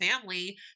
family